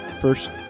first